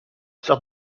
sert